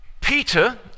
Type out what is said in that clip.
Peter